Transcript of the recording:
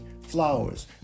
flowers